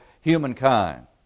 humankind